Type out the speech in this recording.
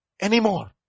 anymore